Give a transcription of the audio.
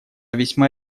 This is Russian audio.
весьма